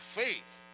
faith